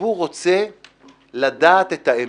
הציבור רוצה לדעת את האמת,